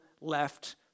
left